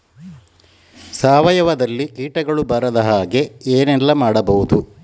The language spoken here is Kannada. ಸಾವಯವದಲ್ಲಿ ಕೀಟಗಳು ಬರದ ಹಾಗೆ ಏನೆಲ್ಲ ಮಾಡಬಹುದು?